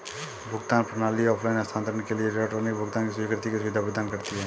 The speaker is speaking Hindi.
भुगतान प्रणाली ऑफ़लाइन हस्तांतरण के लिए इलेक्ट्रॉनिक भुगतान की स्वीकृति की सुविधा प्रदान करती है